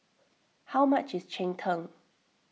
how much is Cheng Tng